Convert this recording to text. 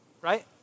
right